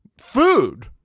food